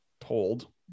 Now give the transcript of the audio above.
told